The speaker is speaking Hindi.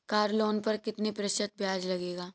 कार लोन पर कितने प्रतिशत ब्याज लगेगा?